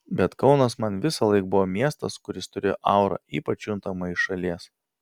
bet kaunas man visąlaik buvo miestas kuris turėjo aurą ypač juntamą iš šalies